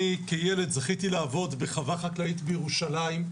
אני כילד זכיתי לעבוד בחווה חקלאית בירושלים.